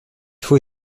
faut